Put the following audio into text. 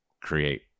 create